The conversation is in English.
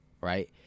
right